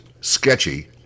sketchy